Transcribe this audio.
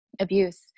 abuse